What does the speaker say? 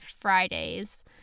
Fridays